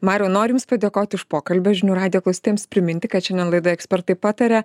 mariui norim jums padėkoti už pokalbį žinių radijo klausytojams priminti kad šiandien laidoje ekspertai pataria